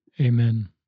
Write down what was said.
Amen